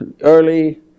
early